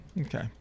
okay